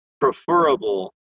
preferable